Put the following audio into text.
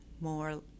more